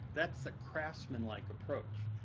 that's the craftsman-like approach.